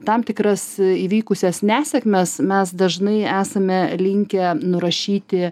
tam tikras įvykusias nesėkmes mes dažnai esame linkę nurašyti